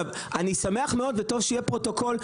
אני שמח מאוד וטוב שיהיה פרוטוקול,